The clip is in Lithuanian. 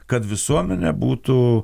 kad visuomenė būtų